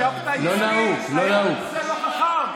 יש לך כהניסט בליכוד שרוצה להיות נתן העזתי מבשר המשיחות,